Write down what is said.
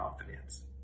confidence